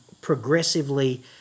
progressively